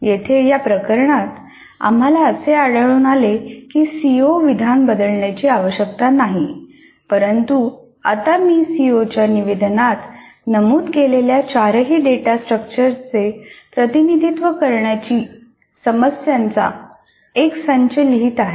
येथे या प्रकरणात आम्हाला असे आढळले आहे की सीओ विधान बदलण्याची आवश्यकता नाही परंतु आता मी सीओच्या निवेदनात नमूद केलेल्या चारही डेटा स्ट्रक्चर्सचे प्रतिनिधित्व करणार्या समस्यांचा एक संच लिहित आहे